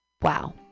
Wow